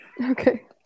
Okay